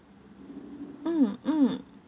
mm mm